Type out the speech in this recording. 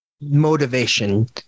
motivation